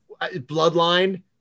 Bloodline